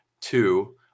Two